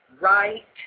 right